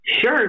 sure